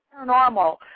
paranormal